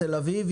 תל אביב,